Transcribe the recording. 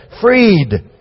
freed